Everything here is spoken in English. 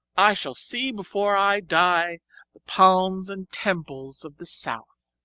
i shall see before i die the palms and temples of the south